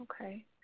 Okay